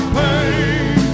pain